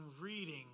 reading